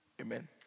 Amen